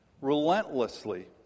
relentlessly